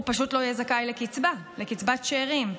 הוא פשוט לא יהיה זכאי לקצבה, לקצבת שאירים.